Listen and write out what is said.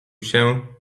się